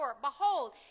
Behold